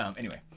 um anyway,